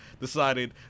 decided